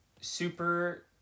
super